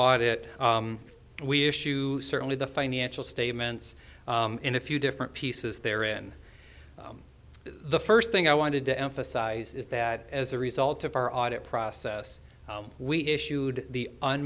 audit we issue certainly the financial statements in a few different pieces there in the first thing i wanted to emphasize is that as a result of our audit process we issued the